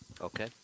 Okay